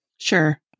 sure